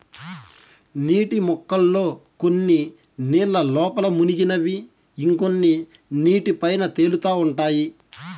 నీటి మొక్కల్లో కొన్ని నీళ్ళ లోపల మునిగినవి ఇంకొన్ని నీటి పైన తేలుతా ఉంటాయి